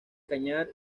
cañar